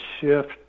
shift